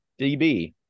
DB